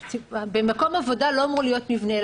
במקום עבודה לא אמור להיות מבנה,